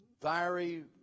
fiery